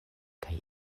kaj